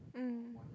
mm